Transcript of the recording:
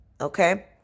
Okay